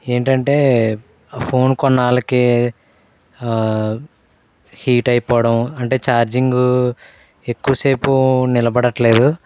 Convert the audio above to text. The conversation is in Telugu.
ఏంటంటే ఆ ఫోన్ కొన్నాళ్ళకి హీట్ అయిపోవడం అంటే ఛార్జింగ్ ఎక్కువసేపు నిలబడట్లేదు